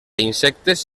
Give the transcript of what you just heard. insectes